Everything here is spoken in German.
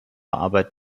arbeit